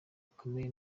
bikomeye